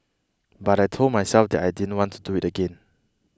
but I told myself that I didn't want to do it again